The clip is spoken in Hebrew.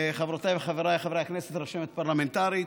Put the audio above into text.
חברותיי וחבריי חברי הכנסת, רשמת פרלמנטרית,